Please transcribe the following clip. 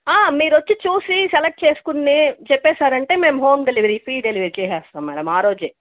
మీరు వచ్చి చూసి సెలెక్ట్ చేసుకొని చెప్పేశారంటే మేము హోమ్ డెలివరీ ఫ్రీ డెలివరీ చేసేస్తాం మేడం ఆ రోజే